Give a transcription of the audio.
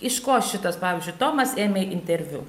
iš ko šitas pavyzdžiui tomas ėmė interviu